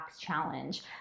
Challenge